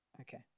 Okay